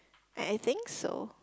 I think so